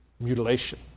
mutilation